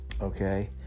okay